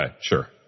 sure